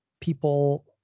people